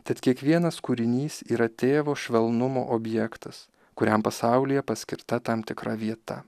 tad kiekvienas kūrinys yra tėvo švelnumo objektas kuriam pasaulyje paskirta tam tikra vieta